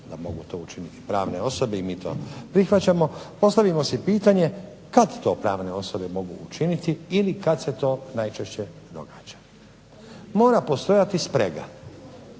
da mogu to učiniti pravne osobe i mi to prihvaćamo, postavimo si pitanje kad to pravne osobe mogu učiniti ili kad se to najčešće događa. Mora postojati sprega